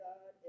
God